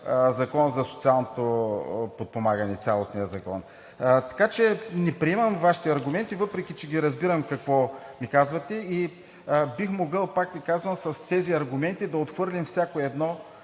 Закона за социалното подпомагане – цялостния закон. Така че не приемам Вашите аргументи, въпреки че Ви разбирам какво казвате и бих могъл, пак Ви казвам, с тези аргументи да отхвърлим всяко едно